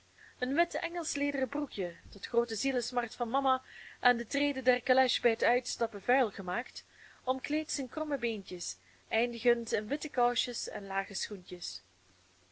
een wit engelschlederen broekje tot groote zielesmart van mama aan de treden der calèche bij het uitstappen vuil gemaakt omkleedt zijne kromme beentjes eindigende in witte kousjes en lage schoentjes